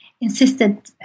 insisted